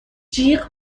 جیغ